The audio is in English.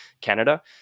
Canada